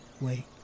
wait